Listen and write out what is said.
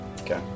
Okay